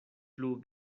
plu